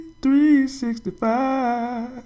365